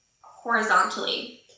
horizontally